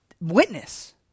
witness